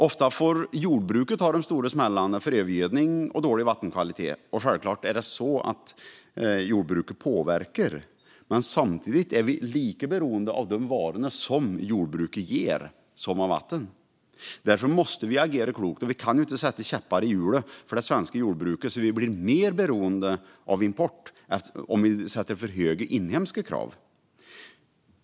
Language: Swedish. Ofta får jordbruket ta de stora smällarna för övergödning och dålig vattenkvalitet. Det är självfallet så att jordbruket påverkar, men samtidigt är vi lika beroende av de varor jordbruket ger som av vatten. Därför måste vi agera klokt. Vi kan inte sätta käppar i hjulet för det svenska jordbruket så att vi blir mer beroende av import därför att vi ställer för höga inhemska krav.